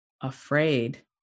afraid